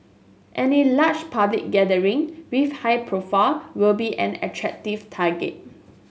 any large public gathering with high profile will be an attractive target